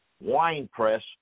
winepress